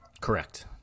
Correct